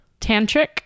tantric